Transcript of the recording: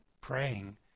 praying